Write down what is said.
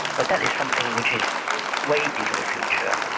but that is something which is way into the future,